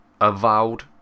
avowed